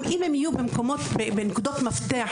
אם הם יהיו בנקודות מפתח,